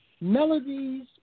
Melodies